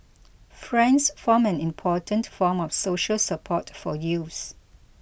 friends form an important form of social support for youths